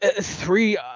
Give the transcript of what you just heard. three